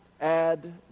add